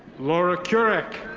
laura kurek.